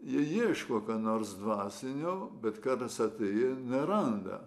jie ieško ką nors dvasinio bet kartais atėję neranda